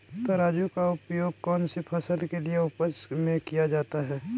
तराजू का उपयोग कौन सी फसल के उपज में किया जाता है?